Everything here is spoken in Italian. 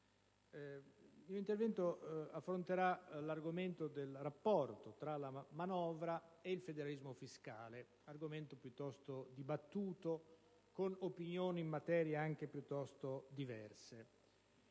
Il mio intervento affronterà il rapporto tra la manovra e il federalismo fiscale, argomento piuttosto dibattuto, con opinioni in materia anche piuttosto diverse.